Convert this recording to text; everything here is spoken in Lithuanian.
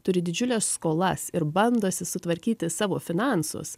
turi didžiules skolas ir bandosi sutvarkyti savo finansus